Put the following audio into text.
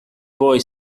boy